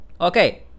okay